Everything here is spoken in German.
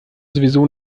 sowieso